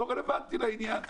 זה לא רלוונטי לעניין.